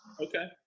okay